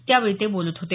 त्यावेळी ते बोलत होते